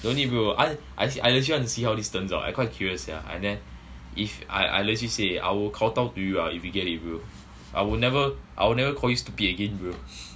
don't need bro I I actually want to see how this turns out eh I quite curious sia I then if I legit say already I'll kow tow to you ah if you can get it bro I will never I will never call you stupid again bro